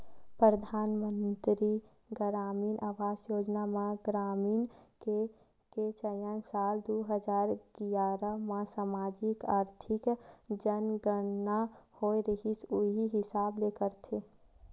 परधानमंतरी गरामीन आवास योजना म ग्रामीन के चयन साल दू हजार गियारा म समाजिक, आरथिक जनगनना होए रिहिस उही हिसाब ले करथे